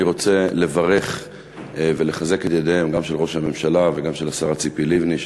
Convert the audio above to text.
אני רוצה לברך ולחזק את ידיהם גם של ראש הממשלה וגם של השרה ציפי לבני,